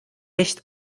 echt